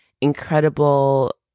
incredible